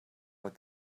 what